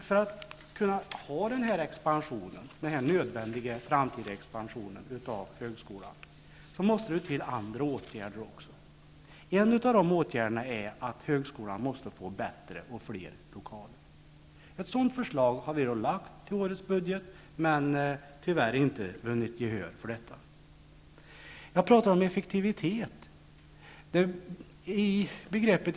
För att kunna genomföra den här nödvändiga framtida expansionen av högskolan måste det också till andra åtgärder. En av de åtgärderna är att ge högskolan bättre och fler lokaler. Ett sådant förslag har vi lagt fram i samband med årets budget, men vi har tyvärr inte vunnit gehör för det. Jag talar om effektivitet.